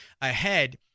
ahead